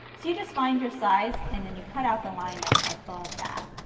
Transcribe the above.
so you just find your size and then you cut out the line that's above that.